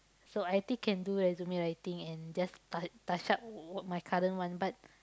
so I think can do resume writing and just ta~ touch up my current one but